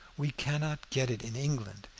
we cannot get it in england.